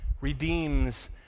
redeems